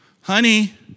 Honey